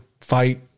fight